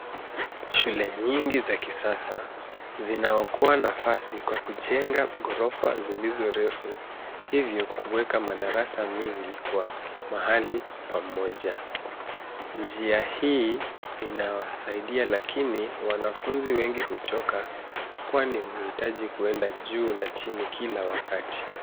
Shule nyingi za kisasa zinaokoa nafasi kwa kujenga ghorofa zilizo refu, hivyo kuweka madarasa mengi kwa mahali pamoja. Njia hii inasaidia lakini wanafunzi wengi huchoka kwani uitaji kuenda juu na chini kila wakati.